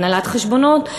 הנהלת חשבונות,